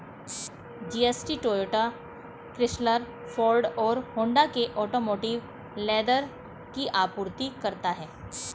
GST Toyota, Chrysler, Ford और Honda के automotive leather की आपूर्ति करता है